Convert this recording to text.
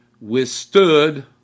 withstood